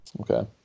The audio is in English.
Okay